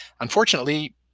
unfortunately